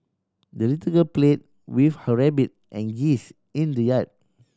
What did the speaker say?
the little girl play with her rabbit and geese in the yard